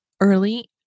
early